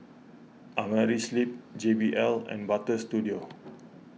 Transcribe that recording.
Amerisleep J B L and Butter Studio